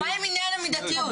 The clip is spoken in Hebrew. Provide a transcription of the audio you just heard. מה עם עניין המידתיות?